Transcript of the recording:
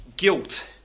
guilt